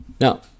Now